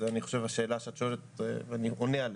ואני חושב שזו השאלה שאת שואלת ואני עונה עליה: